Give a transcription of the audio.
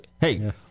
Hey